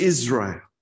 Israel